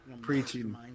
Preaching